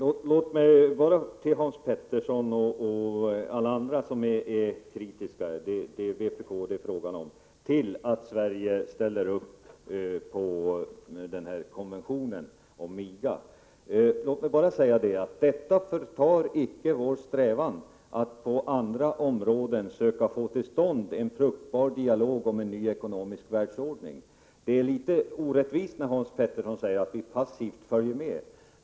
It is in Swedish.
Herr talman! Jag vänder mig till Hans Petersson i Hallstahammar och alla andra inom vpk som är kritiska när det gäller frågan om att Sverige skulle ställa upp på konventionen om MIGA. Låt mig bara säga att detta icke förtar vår strävan att på andra områden söka få till stånd en fruktbar dialog om en ny ekonomisk världsordning. Det blir litet orättvist när Hans Petersson säger att vi passivt följer med.